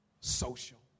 social